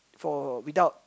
for without